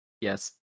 Yes